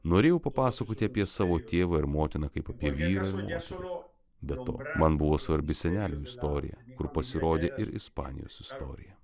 norėjau papasakoti apie savo tėvą ir motiną kaip apie vyrą ir moterį be to man buvo svarbi senelių istorija kur pasirodė ir ispanijos istorija